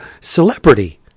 celebrity